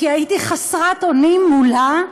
כי הייתי חסרת אונים מולה.